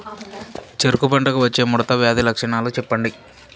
చెరుకు పంటకు వచ్చే ముడత వ్యాధి లక్షణాలు చెప్పండి?